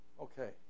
Okay